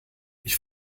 ich